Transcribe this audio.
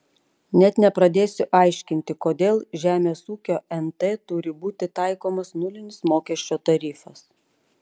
net nepradėsiu aiškinti kodėl žemės ūkio nt turi būti taikomas nulinis mokesčio tarifas